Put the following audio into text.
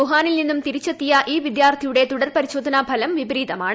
വുഹാനിൽ നിന്നും തിരിച്ചെത്തിയ ഈ വിദ്യാർത്ഥിയുടെ തുടർപരിശോധനാ ഫലം വിപരീതമാണ്